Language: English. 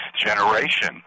generation